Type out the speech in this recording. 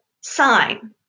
sign